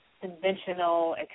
conventional